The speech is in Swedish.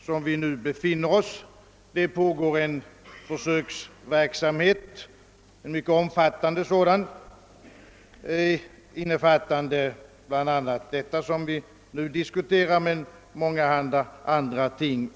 Det pågår en mycket stor - försöksverksamhet, omfattande bl.a. det som nu diskuteras, men också många andra ting.